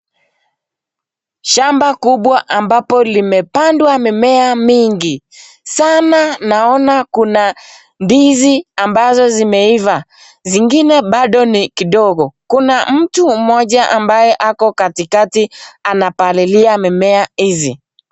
Shamba kubwa ambapo limepandwa mimea mingi sana. Naona kuna ndizi ambazo zimeiva, zingine bado ni kidogo. Kuna mtu mmoja ambaye ako katikati anapalilia mimea hizi.